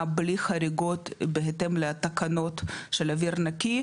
בלי חריגות בהתאם לתקנות של אוויר נקי,